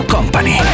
Company